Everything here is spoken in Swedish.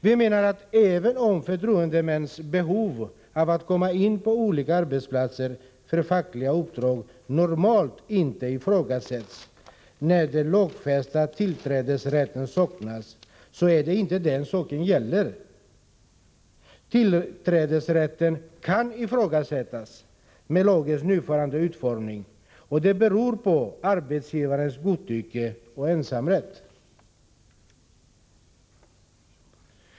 Vi menar att även om förtroendemännens behov av att komma in på olika arbetsplatser för fackliga uppdrag normalt inte ifrågasätts, när den lagfästa tillträdesrätten saknas, så är det inte det saken gäller. Tillträdesrätten kan ifrågasättas med lagens nuvarande utformning och beror på arbetsgivarens godtycke och ensamrätt.